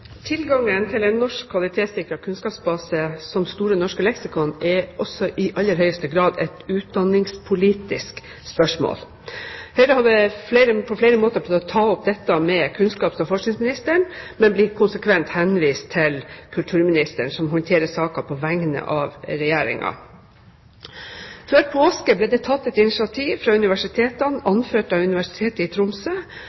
Tilgangen til en norsk kvalitetssikret kunnskapsbase som Store norske leksikon er også i aller høyeste grad et utdanningspolitisk spørsmål. Høyre har på flere måter prøvd å ta opp dette med kunnskaps- og forskningsministeren, men blir konsekvent henvist til kulturministeren som håndterer saken på vegne av Regjeringen. Før påske ble det tatt et initiativ fra universitetene,